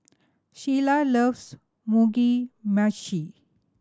Shelia loves Mugi Meshi